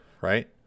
right